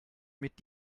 mit